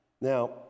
Now